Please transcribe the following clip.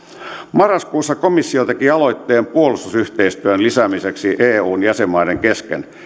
marraskuussa komissio teki aloitteen puolustusyhteistyön lisäämiseksi eun jäsenmaiden kesken